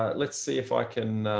ah let's see if i can